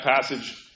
passage